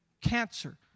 Cancer